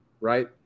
right